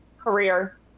career